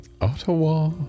Ottawa